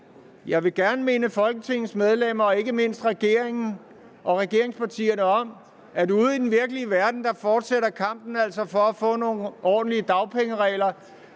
Jeg vil gerne minde Folketingets medlemmer og ikke mindst regeringen og regeringspartierne om, at ude i den virkelige verden fortsætter kampen altså for at få nogle ordentlige dagpengeregler.